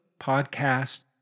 podcast